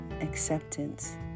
acceptance